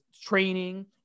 training